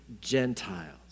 Gentiles